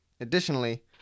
Additionally